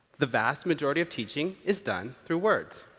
the vast majority of teaching is done through words.